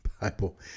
Bible